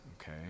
okay